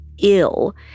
ill